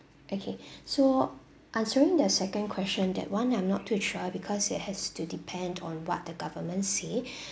okay so answering the second question that [one] I'm not too sure because it has to depend on what the government say